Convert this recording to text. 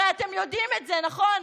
הרי אתם יודעים את זה, נכון?